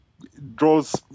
Draws